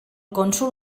cònsol